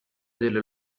delle